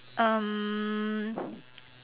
um